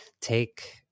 take